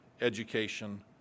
education